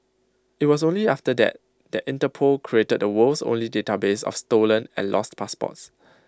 IT was only after that that Interpol created the world's only database of stolen and lost passports